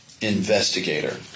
investigator